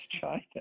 China